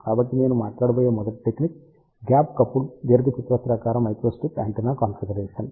కాబట్టి నేను మాట్లాడబోయే మొదటి టెక్నిక్ గ్యాప్ కపుల్డ్ దీర్ఘచతురస్రాకార మైక్రోస్ట్రిప్ యాంటెన్నా కాన్ఫిగరేషన్